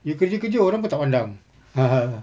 you kerja kerja orang pun tak pandang